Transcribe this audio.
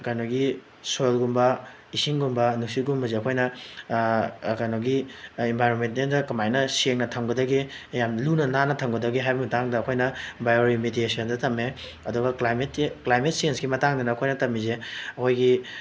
ꯀꯩꯅꯣꯒꯤ ꯁꯣꯏꯜꯒꯨꯝꯕ ꯏꯁꯤꯡꯒꯨꯝꯕ ꯅꯨꯡꯁꯤꯠꯀꯨꯝꯕꯁꯦ ꯑꯩꯈꯣꯏꯅ ꯀꯩꯅꯣꯒꯤ ꯏꯟꯚꯥꯏꯔꯣꯟꯃꯦꯟꯇꯦꯜꯗ ꯀꯃꯥꯏꯅ ꯁꯦꯡꯅ ꯊꯝꯒꯗꯒꯦ ꯌꯥꯝ ꯂꯨꯅ ꯅꯥꯟꯅ ꯊꯝꯒꯗꯒꯦ ꯍꯥꯏꯕꯒꯤ ꯃꯇꯥꯡꯗ ꯑꯩꯈꯣꯏꯅ ꯕꯥꯏꯑꯣ ꯔꯤꯃꯤꯗꯤꯌꯦꯁꯟꯗ ꯇꯝꯃꯦ ꯑꯗꯨꯒ ꯀ꯭ꯂꯥꯏꯃꯦꯠ ꯀ꯭ꯂꯥꯏꯃꯦꯠ ꯆꯦꯟꯖꯀꯤ ꯃꯇꯥꯡꯗꯅ ꯑꯩꯈꯣꯏꯅ ꯇꯝꯂꯤꯁꯦ ꯑꯩꯈꯣꯏꯒꯤ